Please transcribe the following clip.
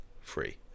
free